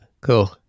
Cool